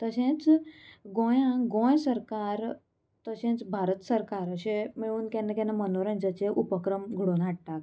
तशेंच गोंयां गोंय सरकार तशेंच भारत सरकार अशें मेळून केन्ना केन्ना मनोरनजनाचे उपक्रम घडोवन हाडटा